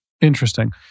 Interesting